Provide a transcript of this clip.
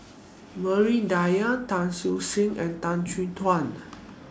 Maria Dyer Tan Siew Sin and Tan Chin Tuan